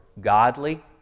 godly